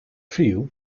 few